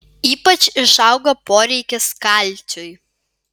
ypač išauga poreikis kalciui